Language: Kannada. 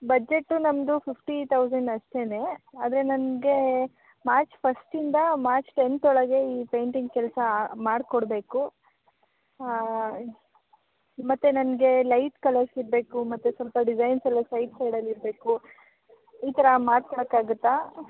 ಬಜ್ಜೆಟ್ಟು ನಮ್ಮದು ಫಿಫ್ಟಿ ತೌಸಂಡ್ ಅಷ್ಟೇ ಆದರೆ ನನಗೆ ಮಾರ್ಚ್ ಫಸ್ಟಿಂದ ಮಾರ್ಚ್ ಟೆಂತ್ ಒಳಗೆ ಈ ಪೇಂಟಿಂಗ್ ಕೆಲಸ ಮಾಡಿಕೊಡ್ಬೇಕು ಮತ್ತು ನನಗೆ ಲೈಟ್ ಕಲರ್ಸ್ ಇರಬೇಕು ಮತ್ತು ಸ್ವಲ್ಪ ಡಿಸೈನ್ಸ್ ಎಲ್ಲ ಸೈಡ್ ಸೈಡಲ್ಲಿ ಇರಬೇಕು ಈ ಥರ ಮಾಡ್ಕೊಡಕ್ಕಾಗುತ್ತಾ